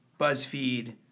BuzzFeed